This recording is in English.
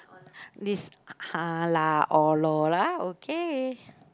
this ha lah orh lor lah okay